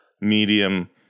medium